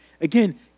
Again